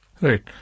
right